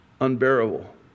unbearable